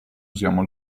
usiamo